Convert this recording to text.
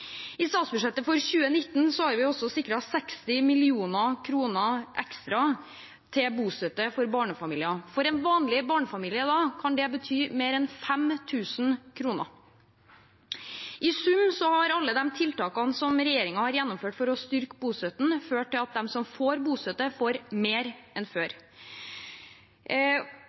I statsbudsjettet for 2019 har vi også sikret 60 mill. kr ekstra til bostøtte for barnefamilier. For en vanlig barnefamilie kan det bety mer enn 5 000 kr. I sum har alle de tiltakene som regjeringen har gjennomført for å styrke bostøtten, ført til at de som får bostøtte, får mer enn før.